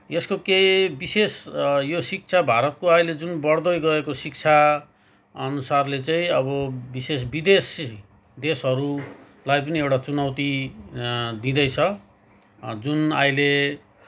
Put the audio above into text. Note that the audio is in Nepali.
यसको केही विशेष यो शिक्षा भारतको आहिले जुन बढ्दै गएको शिक्षा अनुसारले चाहिँ अब विशेष विदेशी देशहरूलाई पनि एउटा चुनौती दिँदैछ जुन अहिले